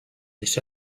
this